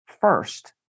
first